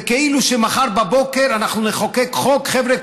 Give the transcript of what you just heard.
זה כאילו שמחר בבוקר אנחנו נחוקק חוק: חבר'ה,